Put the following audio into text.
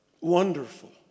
Wonderful